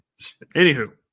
Anywho